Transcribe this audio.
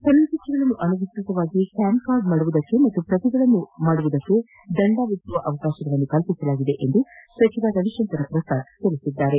ಚಲನಚಿತ್ರಗಳನ್ನು ಅನಧಿಕೃತವಾಗಿ camcord ಮಾಡುವುದಕ್ಕೆ ಮತ್ತು ಪ್ರತಿಗಳನ್ನು ಮಾಡುವುದಕ್ಕೆ ದಂಡ ವಿಧಿಸುವ ಅವಕಾಶಗಳನ್ನು ಕಲ್ಲಿಸಲಾಗಿದೆ ಎಂದು ರವಿಶಂಕರ ಪ್ರಸಾದ್ ತಿಳಿಸಿದರು